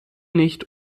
nicht